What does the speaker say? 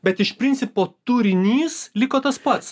bet iš principo turinys liko tas pats